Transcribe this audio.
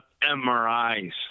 MRIs